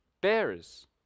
bearers